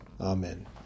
Amen